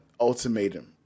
ultimatum